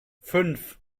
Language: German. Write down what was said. fünf